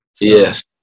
Yes